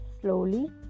slowly